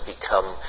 become